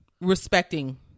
respecting